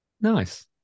Nice